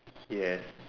yes